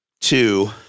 two